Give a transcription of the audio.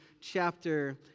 chapter